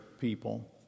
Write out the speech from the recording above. people